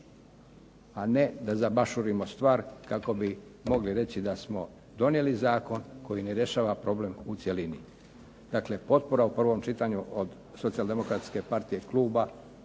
a ne zabašurimo stvar kako bi mogli reći da smo donijeli zakon koji ne rješava problem u cjelini. Dakle, potpora u prvom čitanju od Socijal-demokratske partije kluba